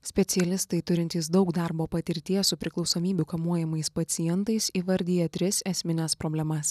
specialistai turintys daug darbo patirties su priklausomybių kamuojamais pacientais įvardija tris esmines problemas